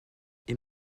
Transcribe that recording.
est